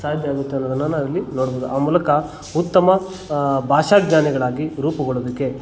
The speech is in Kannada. ಸಾಧ್ಯ ಆಗುತ್ತೆ ಅನ್ನೋದನ್ನು ನಾವಿಲ್ಲಿ ನೋಡ್ಬೋದು ಆ ಮೂಲಕ ಉತ್ತಮ ಭಾಷಾಜ್ಞಾನಿಗಳಾಗಿ ರೂಪುಗೊಳ್ಳುವುದಕ್ಕೆ